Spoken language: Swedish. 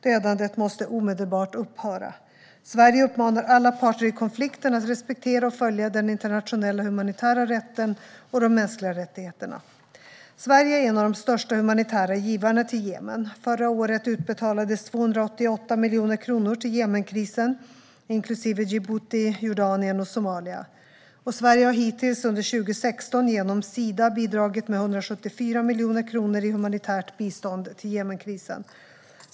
Dödandet måste omedelbart upphöra. Sverige uppmanar alla parter i konflikten att respektera och följa den internationella humanitära rätten och de mänskliga rättigheterna. Sverige är en av de största humanitära givarna till Jemen. Förra året utbetalades 288 miljoner kronor till Jemenkrisen, inklusive Djibouti, Jordanien och Somalia. Sverige har hittills under 2016 genom Sida bidragit med 174 miljoner kronor i humanitärt bistånd till Jemenkrisen.